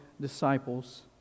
disciples